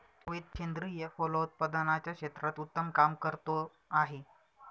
रोहित सेंद्रिय फलोत्पादनाच्या क्षेत्रात उत्तम काम करतो आहे